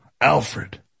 Alfred